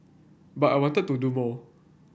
but I wanted to do more